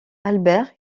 albert